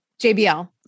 JBL